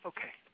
Okay